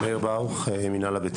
אני מאיר ברוך, ממינהל הבטיחות.